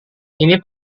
ini